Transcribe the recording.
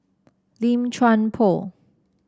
Lim Chuan Poh